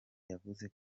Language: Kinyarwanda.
yavuze